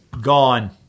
Gone